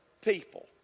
people